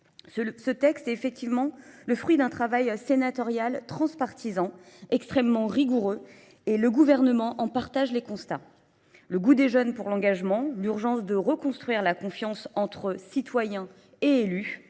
Ce texte est effectivement le fruit d'un travail sénatorial transpartisan, extrêmement rigoureux, et le gouvernement en partage les constats. le goût des jeunes pour l'engagement, l'urgence de reconstruire la confiance entre citoyens et élus,